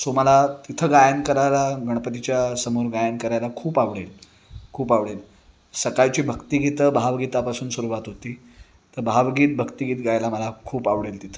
so मला तिथं गायन करायला गणपतीच्या समोर गायन करायला खूप आवडेल खूप आवडेल सकाळची भक्तिगीतं भावगीतापासून सुरुवात होती तर भावगीत भक्तिगीत गायला मला खूप आवडेल तिथं